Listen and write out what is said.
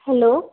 hello